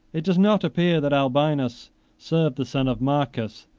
it does not appear that albinus served the son of marcus,